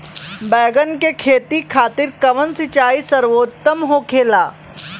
बैगन के खेती खातिर कवन सिचाई सर्वोतम होखेला?